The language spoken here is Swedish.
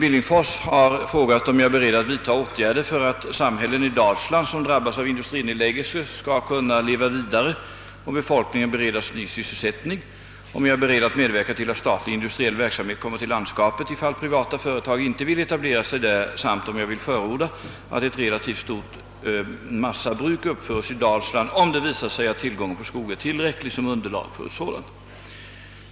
Herr Andersson har frågat om jag är beredd att vidta åtgärder för att samhällen i Dalsland som drabbas av industrinedläggelser skall kunna leva vidare och befolkningen beredas ny sysselsättning, om jag är beredd att medverka till att statlig industriell verksamhet kommer till landskapet ifall privata företag inte vill etablera sig där samt om jag vill förorda att ett relativt stort massabruk uppföres i Dalsland om det visar sig att tillgången på skog är tillräcklig som underlag för ett sådant.